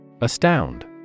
Astound